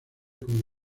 con